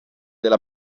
della